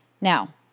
Now